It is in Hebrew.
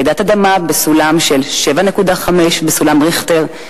רעידת אדמה בעוצמה של 7.5 בסולם ריכטר,